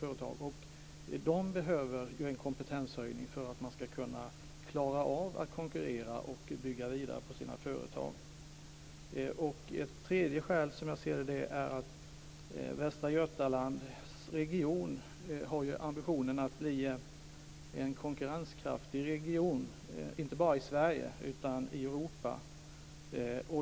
Dessa behöver en kompetenshöjning för att kunna konkurrera och bygga vidare på sin verksamhet. Ett ytterligare skäl är, som jag ser det, att västra Götalands region har ambitionen att bli en konkurrenskraftig region inte bara i Sverige utan ute i Europa.